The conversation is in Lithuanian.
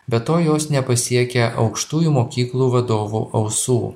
be to jos nepasiekia aukštųjų mokyklų vadovų ausų